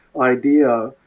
idea